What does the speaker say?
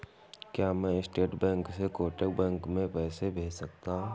क्या मैं State Bank से कोटक बैंक में पैसे भेज सकता हूँ?